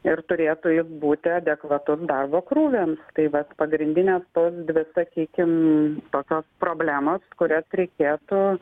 ir turėtų jis būti adekvatus darbo krūviam tai vat pagrindinės tos dvi sakykim tokios problemos kurias reikėtų